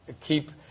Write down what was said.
keep